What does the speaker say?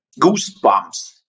goosebumps